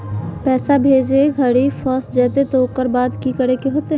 पैसा भेजे घरी फस जयते तो ओकर बाद की करे होते?